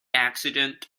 accident